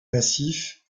massif